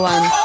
One